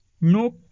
No